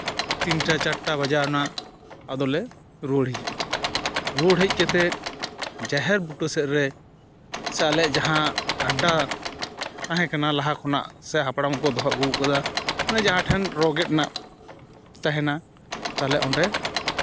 ᱛᱤᱱᱴᱟ ᱪᱟᱨᱴᱟ ᱵᱟᱡᱟᱣᱱᱟ ᱟᱫᱚᱞᱮ ᱨᱩᱣᱟᱹᱲ ᱦᱤᱡᱩᱜᱼᱟ ᱨᱩᱣᱟᱹᱲ ᱦᱮᱡ ᱠᱟᱛᱮᱫ ᱡᱟᱦᱮᱨ ᱵᱩᱴᱟᱹ ᱥᱮᱫ ᱨᱮ ᱥᱮ ᱟᱞᱮᱭᱟᱜ ᱡᱟᱦᱟᱸ ᱟᱰᱰᱟ ᱛᱟᱦᱮᱸ ᱠᱟᱱᱟ ᱞᱟᱦᱟ ᱠᱷᱚᱱᱟᱜ ᱥᱮ ᱦᱟᱯᱲᱟᱢ ᱠᱚ ᱫᱚᱦᱚ ᱟᱹᱜᱩᱣ ᱠᱟᱫᱟ ᱢᱟᱱᱮ ᱡᱟᱦᱟᱸ ᱴᱷᱮᱱ ᱨᱚᱼᱜᱮᱫ ᱨᱮᱱᱟᱜ ᱛᱟᱦᱮᱱᱟ ᱛᱟᱦᱞᱮ ᱚᱸᱰᱮ